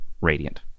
radiant